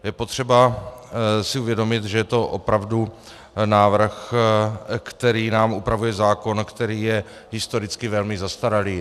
Je potřeba si uvědomit, že je to opravdu návrh, který nám upravuje zákon, který je historicky velmi zastaralý.